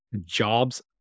jobs